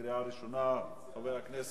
עברה בקריאה ראשונה ותעבור לוועדת העבודה